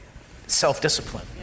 self-discipline